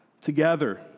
together